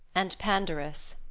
and pandarus